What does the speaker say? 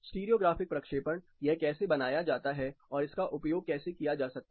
stereo graphic प्रक्षेपण यह कैसे बनाया जाता है और इसका उपयोग कैसे किया जा सकता है